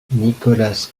nicolas